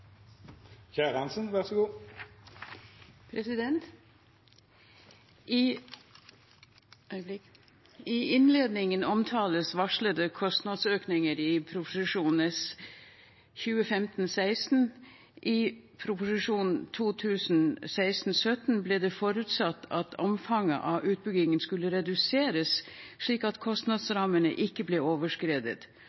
I innledningen omtales varslede kostnadsøkninger i Prop. 1 S for 2015–2016. I Prop. 1 S for 2016–2017 ble det forutsatt at omfanget av utbyggingen skulle reduseres, slik at